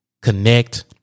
connect